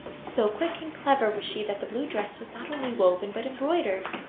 so quick and clever was she that the blue dress was not only woven but embroidered,